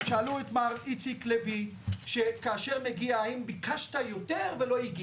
שאלו את מר איציק לוי האם ביקשת יותר ולא הגיע,